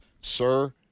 sir